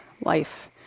life